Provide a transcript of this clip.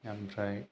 आमफ्राय